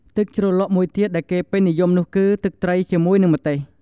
ទឹកជ្រលក់មួយទៀតដែលគេពេញនិយមនោះគឺ ទឹកត្រីជាមួយនិងម្ទេស។